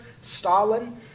Stalin